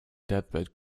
deathbed